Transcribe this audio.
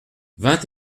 vingt